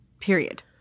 period